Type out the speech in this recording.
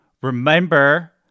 remember